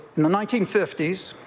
nineteen fifty s,